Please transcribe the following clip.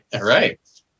right